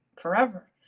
forever